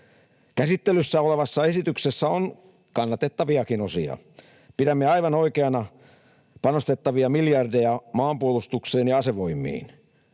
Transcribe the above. Käsittelyssä olevassa esityksessä on kannatettaviakin osia. Pidämme aivan oikeana panostettavia miljardeja maanpuolustukseen ja asevoimiin.